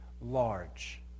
large